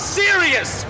serious